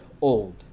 old